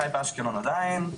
וחי באשקלון עדיין,